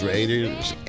Raiders